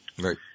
Right